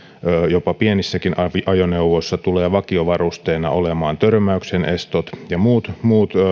jopa pienissäkin ajoneuvoissa tulevat vakiovarusteina olemaan törmäyksenestot ja muut muut